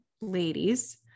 ladies